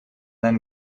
then